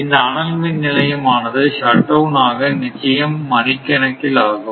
இந்த அனல் மின் நிலையம் ஆனது ஷட்டவுன் ஆக நிச்சயம் மணிக்கணக்கில் ஆகும்